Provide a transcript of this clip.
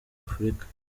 afurika